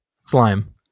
Slime